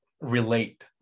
relate